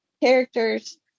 characters